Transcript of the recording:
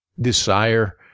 desire